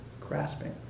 grasping